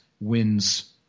wins